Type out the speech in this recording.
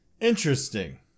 interesting